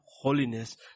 holiness